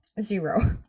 zero